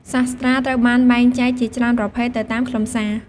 សាស្ត្រាត្រូវបានបែងចែកជាច្រើនប្រភេទទៅតាមខ្លឹមសារ។